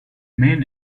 main